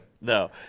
no